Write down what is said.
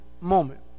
moment